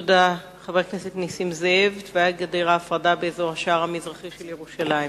של חבר הכנסת נסים זאב: תוואי גדר ההפרדה באזור השער המזרחי של ירושלים.